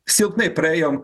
silpnai praėjom